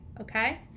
okay